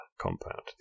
compound